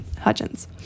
Hutchins